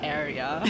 area